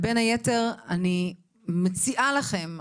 ובין היתר אני מציעה לכם,